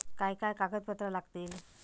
काय काय कागदपत्रा लागतील?